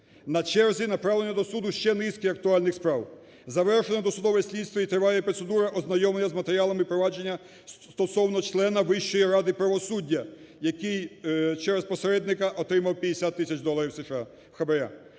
На черзі направлення до суду ще низки актуальних справ. Завершено досудове слідство і триває процедура ознайомлення з матеріалами провадження стосовно члена Вищої ради правосуддя, який через посередника отримав 50 тисяч доларів США хабара.